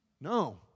No